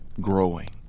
growing